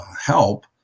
help